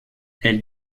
elle